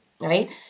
Right